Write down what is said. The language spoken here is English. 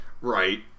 Right